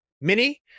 mini